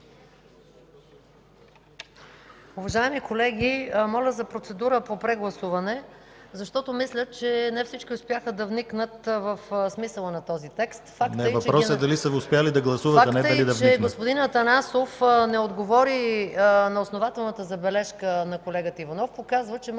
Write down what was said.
Въпросът е дали са успели да гласуват, а не дали са вникнали.